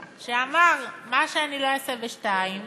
שאמר: מה שאני לא אעשה בשתיים